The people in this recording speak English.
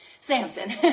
Samson